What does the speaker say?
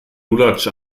lulatsch